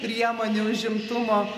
priemonių užimtumo